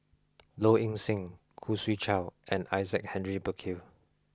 Low Ing Sing Khoo Swee Chiow and Isaac Henry Burkill